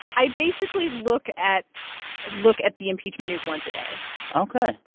i basically look at look at the impeachment news once a day ok.